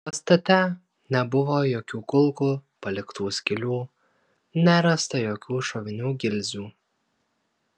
pastate nebuvo jokių kulkų paliktų skylių nerasta jokių šovinių gilzių